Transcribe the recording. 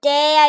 Day